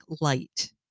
light